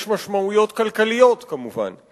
יש משמעויות כלכליות, כמובן.